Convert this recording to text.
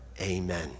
Amen